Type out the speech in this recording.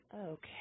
Okay